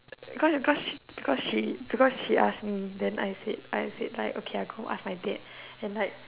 because because she because she because she ask me then I said I said like okay I go ask my dad and like